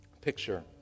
picture